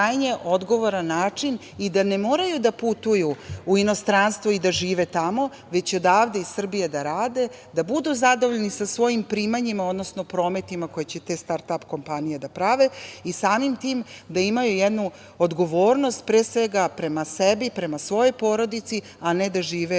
odgovoran način i da ne moraju da putuju u inostranstvo i da žive tamo, već odavde iz Srbije da rade, da budu zadovoljni svojim primanjima, odnosno prometima koje će te start ap kompanije da prave i samim tim da imaju jednu odgovornost pre svega prema sebi, prema svojoj porodici, a ne da žive u